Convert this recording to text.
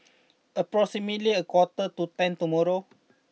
approximately a quarter to ten tomorrow